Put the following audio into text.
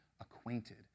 acquainted